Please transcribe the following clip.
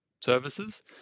services